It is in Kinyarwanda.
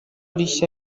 rishya